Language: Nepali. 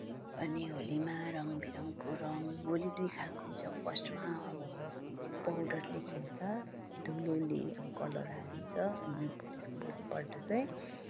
अनि होलीमा रङ बिरङको रङ होली दुई खालको हुन्छ फर्स्टमा अब पाउडरले खेल्छ धुलोले अब कलर हालिदिन्छ अनि त्यसको भोलिपल्ट चाहिँ